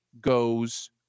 goes